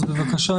בבקשה.